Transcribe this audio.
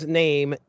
name